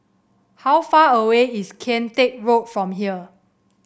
how far away is Kian Teck Road from here